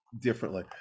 differently